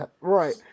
Right